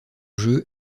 jeu